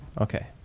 Okay